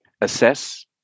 assess